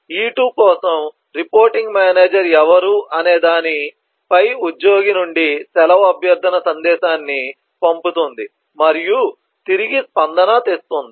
E2 కోసం reporting manager ఎవరు అనే దానిపై ఉద్యోగి నుండి సెలవు అభ్యర్థన సందేశాన్ని పంపుతుంది మరియు తిరిగి స్పందన తెస్తుంది